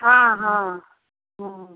हाँ हाँ हाँ